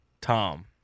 Tom